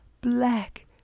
black